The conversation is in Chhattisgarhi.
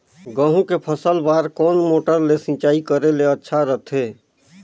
गहूं के फसल बार कोन मोटर ले सिंचाई करे ले अच्छा रथे?